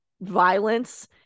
violence